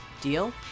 Deal